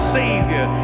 savior